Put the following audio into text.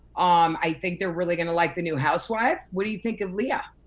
um i think they're really gonna like the new housewife. what do you think of leah?